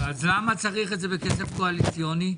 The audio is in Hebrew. אז למה צריך את זה בכסף קואליציוני?